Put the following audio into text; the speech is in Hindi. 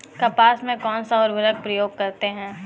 कपास में कौनसा उर्वरक प्रयोग करते हैं?